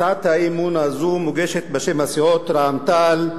הצעת אי-אמון זו מוגשת בשם הסיעות רע"ם-תע"ל,